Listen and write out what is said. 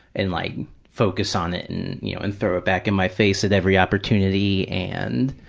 and like focus on it and, you know, and throw it back in my face at every opportunity. and